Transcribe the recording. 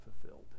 fulfilled